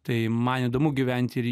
tai man įdomu gyventi ir